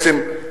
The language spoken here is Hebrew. בעצם,